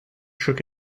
shook